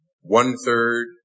one-third